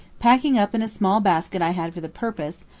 packing up in a small basket i had for the purpose,